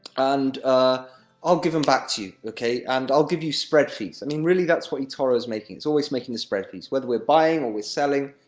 and ah i'll give them back to you, okay? and i'll give you spread fees. i mean really, that's what etoro's making it's always making the spread fees whether we're buying, or we're selling,